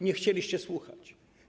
Nie chcieliście słuchać.